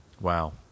Wow